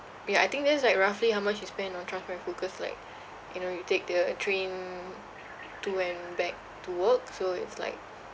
ya I think that's like roughly how much you spend on transport and food cause like you know you take the train to and back to work so it's like